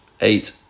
eight